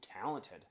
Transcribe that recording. talented